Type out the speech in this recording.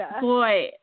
boy